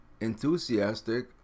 enthusiastic